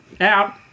Out